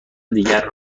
دیگر